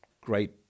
great